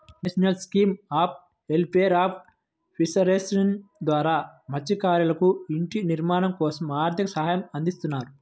national scheme of welfare of fishermen ద్వారా మత్స్యకారులకు ఇంటి నిర్మాణం కోసం ఆర్థిక సహాయం అందిస్తారు